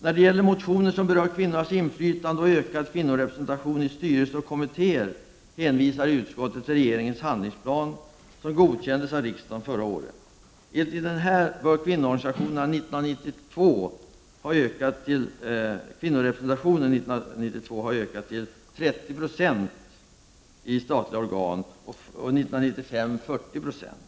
När det gäller motioner som berör kvinnors inflytande och ökad kvinnorepresentation i styrelser och kommittéer hänvisar utskottet till regeringens handlingsplan, som godkändes av riksdagen förra året. Enligt denna bör kvinnorepresentationen 1992 ha ökat till 30 26 i statliga organ och 1995 till 40 90.